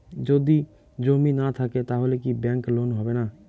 যদি জমি না থাকে তাহলে কি ব্যাংক লোন হবে না?